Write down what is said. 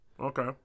Okay